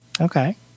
Okay